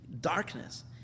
darkness